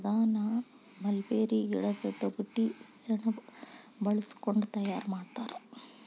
ಕಾಗದಾನ ಮಲ್ಬೇರಿ ಗಿಡದ ತೊಗಟಿ ಸೆಣಬ ಬಳಸಕೊಂಡ ತಯಾರ ಮಾಡ್ತಾರ